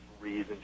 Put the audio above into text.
reason